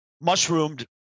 mushroomed